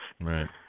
Right